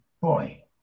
boy